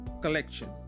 collection